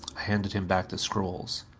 handed him back the scrolls.